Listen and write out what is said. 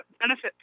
benefit